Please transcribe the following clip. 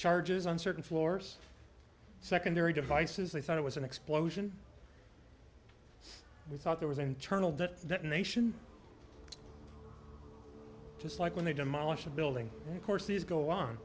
charges on certain floors secondary devices they thought it was an explosion we thought there was internal that that nation just like when they demolish a building of course these go on